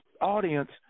audience